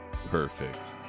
Perfect